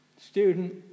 Student